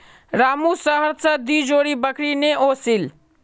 रामू शहर स दी जोड़ी बकरी ने ओसील